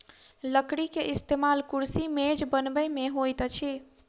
लकड़ी के इस्तेमाल कुर्सी मेज बनबै में होइत अछि